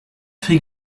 fit